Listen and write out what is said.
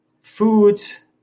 Food's